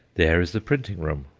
there is the printing-room,